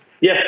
Yes